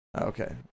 Okay